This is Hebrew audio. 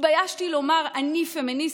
התביישתי לומר "אני פמיניסטית",